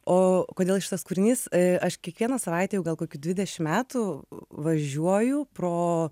o kodėl šitas kūrinys aš kiekvieną savaitę jau gal kokį dvidešim metų važiuoju pro